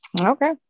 okay